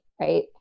right